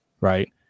right